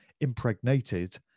impregnated